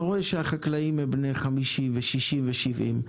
אתה רואה שהחקלאים הם בני 50 ו-60 ו-70,